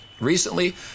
Recently